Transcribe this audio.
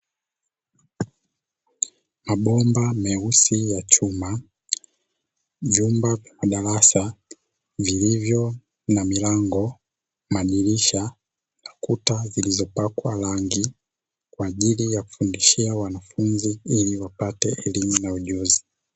Mabomba meusi ya chuma, vyumba vya madarasa vilivyo na milango, madirisha, kuta zilizopakwa rangi kwa ajili ya kufundishia wanafunzi ili wapate elimu na ujuzi.